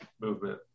movement